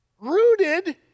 Rooted